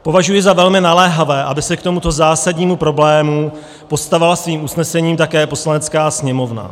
Považuji za velmi naléhavé, aby se k tomuto zásadnímu problému postavila svým usnesením také Poslanecká sněmovna.